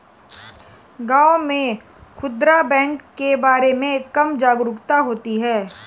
गांव में खूदरा बैंक के बारे में कम जागरूकता होती है